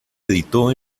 editó